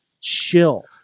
chill